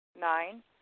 Nine